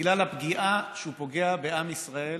בגלל הפגיעה שהוא פוגע בעם ישראל